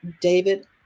David